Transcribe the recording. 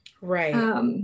Right